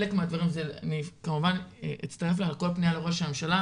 אני כמובן אצטרף לכל פנייה לראש הממשלה,